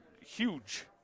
huge